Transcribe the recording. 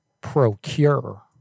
procure